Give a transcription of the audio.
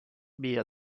via